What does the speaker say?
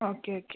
okay okay